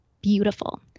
beautiful